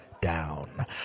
down